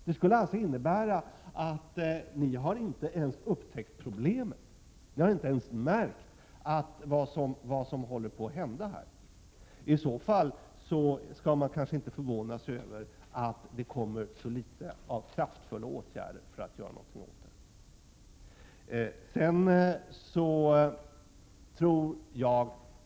Det skulle alltså innebära att ni inte ens har upptäckt problemet, att ni inte ens har märkt vad som här håller på att hända. I så fall skall man kanske inte vara förvånad över att det kommer så litet av kraftfulla åtgärder för att göra någonting åt situationen.